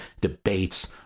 debates